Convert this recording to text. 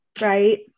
right